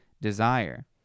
desire